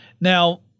Now